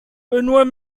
benoît